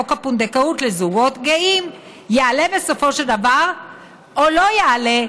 חוק הפונדקאות לזוגות גאים יעלה בסופו של דבר או לא יעלה,